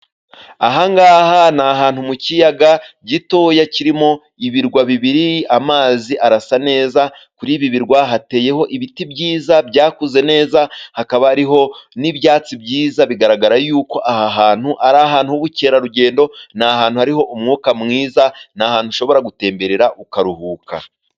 Aha ngaha ni ahantutu mu kiyaga gitoya kirimo ibirwa bibiri, amazi arasa neza. Kuri ibi birwa hateyeho ibiti byiza byakuze neza hakaba ari n'ibyatsi byiza bigaragara yuko aha hantu ari ahantu h'ubukerarugendo. Ni ahantu hari umwuka mwiza ni ahantu ushobora gutemberera ukaruhuka.